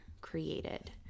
created